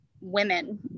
women